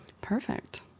Perfect